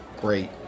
great